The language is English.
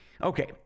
Okay